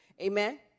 amen